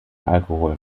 alkohol